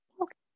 Okay